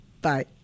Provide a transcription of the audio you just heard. Bye